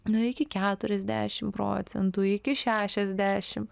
nu iki keturiasdešim procentų iki šešiasdešim